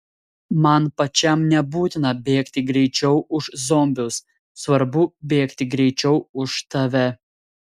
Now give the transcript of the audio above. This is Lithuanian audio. man pačiam nebūtina bėgti greičiau už zombius svarbu bėgti greičiau už tave